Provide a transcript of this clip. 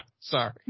Sorry